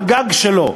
הגג שלו,